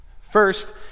First